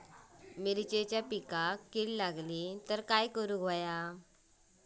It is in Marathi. मिरचीच्या पिकांक कीड लागली तर काय करुक होया?